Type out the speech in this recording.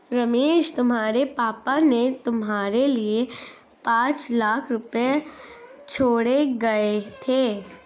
रमेश तुम्हारे पापा ने तुम्हारे लिए पांच लाख रुपए छोड़े गए थे